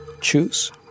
choose